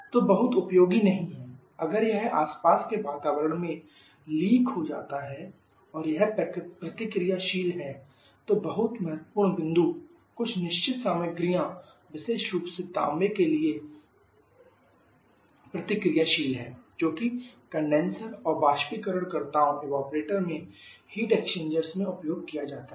तो बहुत उपयोगी नहीं है अगर यह आसपास के वातावरण में लीक हो जाता है और यह प्रतिक्रियाशील है तो बहुत महत्वपूर्ण बिंदु कुछ निश्चित सामग्रियां विशेष रूप से तांबे के लिए के लिए प्रतिक्रियाशील है जो कि कंडेनसर और बाष्पीकरणकर्ताओं में हीट एक्सचेंजर्स में उपयोग किया जाता है